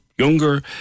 younger